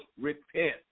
repent